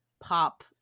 pop